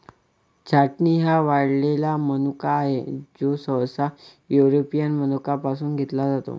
छाटणी हा वाळलेला मनुका आहे, जो सहसा युरोपियन मनुका पासून घेतला जातो